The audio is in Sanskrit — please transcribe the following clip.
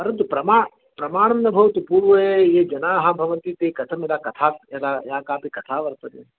परन्तु प्रमा प्रमाणं न भवति पूर्वे ये जनाः भवन्ति ते कथं यदा कथा इति या कापि कथा वर्तते